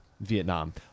Vietnam